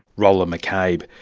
rolah mccabe,